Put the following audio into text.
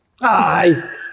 Aye